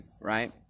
right